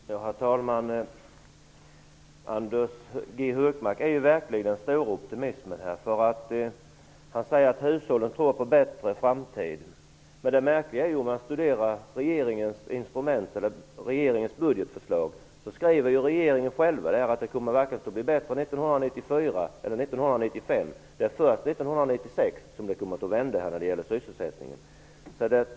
Herr talman! Anders G Högmark är verkligen optimistisk. Han säger att hushållen tror på en bättre framtid. Men i regeringens budgetförslag skriver regeringen själv att det inte börjar bli bättre under 1994 eller 1995. Det är först 1996 som det kommer att vända när det gäller sysselsättningen.